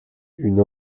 une